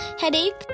headache